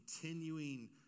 continuing